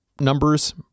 numbers